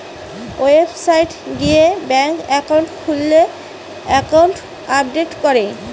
website গিয়ে bank account খুললে account update করে